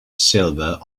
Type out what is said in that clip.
silver